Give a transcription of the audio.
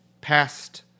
Past